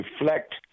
reflect